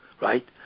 Right